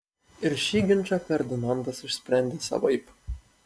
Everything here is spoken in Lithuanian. ir šį ginčą ferdinandas išsprendė savaip